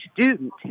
student